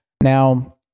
now